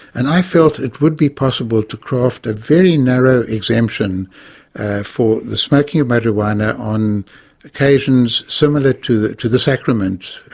and i felt it would be possible to craft a very narrow exemption for the smoking of marijuana on occasions similar to the to the sacrament.